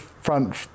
front